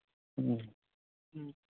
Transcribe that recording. ꯎꯝ